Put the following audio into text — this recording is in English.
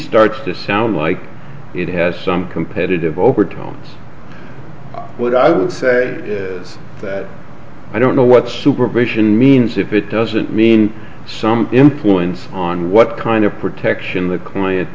starts to sound like it has some competitive overtones what i would say is that i don't know what supervision means if it doesn't mean some influence on what kind of protection the client